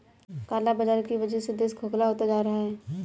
काला बाजार की वजह से देश खोखला होता जा रहा है